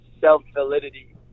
self-validity